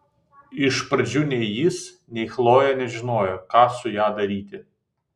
iš pradžių nei jis nei chlojė nežinojo ką su ja daryti